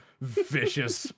vicious